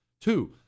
Two